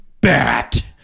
bat